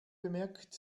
bemerkt